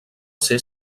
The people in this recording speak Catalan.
ser